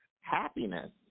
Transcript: Happiness